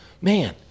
man